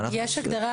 יש הגדרה,